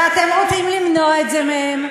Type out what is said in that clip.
ואתם רוצים למנוע את זה מהן.